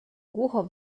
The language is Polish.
głucho